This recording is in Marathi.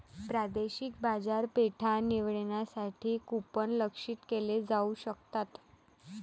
प्रादेशिक बाजारपेठा निवडण्यासाठी कूपन लक्ष्यित केले जाऊ शकतात